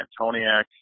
Antoniak